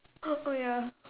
h~ oh ya